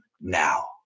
now